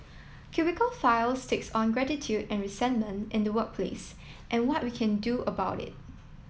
cubicle files takes on gratitude and resentment in the workplace and what we can do about it